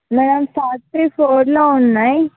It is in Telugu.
మేడం థర్టీ ఫోర్లో ఉన్నాయి